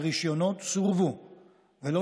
אני מציע ועדה, אם אפשר.